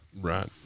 right